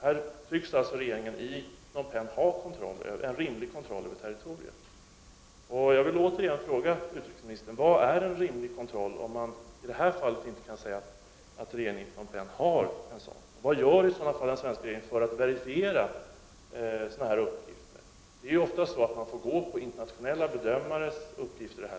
Här tycks regeringen i Phnom Penh ha en rimlig kontroll över territoriet. Jag vill återigen fråga utrikesministern: Vad är en rimlig kontroll, om man i det här fallet inte kan säga att regeringen i Phnom Penh har en sådan? Vad gör den svenska regeringen för att verifiera sådana här uppgifter? Man får ju ofta i sådana här lägen hålla sig till internationella bedömares uppgifter.